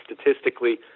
statistically